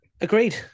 Agreed